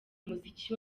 muziki